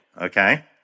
okay